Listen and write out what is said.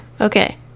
okay